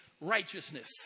righteousness